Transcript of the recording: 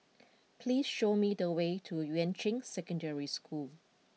please show me the way to Yuan Ching Secondary School